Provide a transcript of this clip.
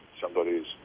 somebody's